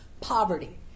poverty